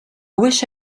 wish